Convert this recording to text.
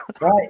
Right